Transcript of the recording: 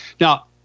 Now